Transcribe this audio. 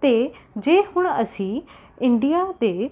ਅਤੇ ਜੇ ਹੁਣ ਅਸੀਂ ਇੰਡੀਆ ਦੇ